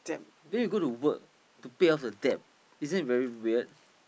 then you go to work to pay off the debt isn't that very weird